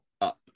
up